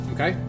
Okay